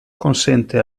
consente